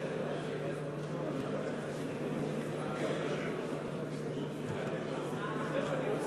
מצביעה מסעוד גנאים, מצביע משה גפני, מצביע יעל